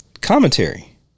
Commentary